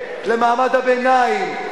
למעמד הביניים,